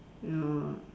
ya